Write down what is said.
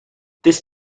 this